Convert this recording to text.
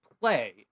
play